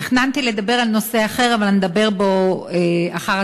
תכננתי לדבר על נושא אחר אבל נדבר בו אחר-הצהריים.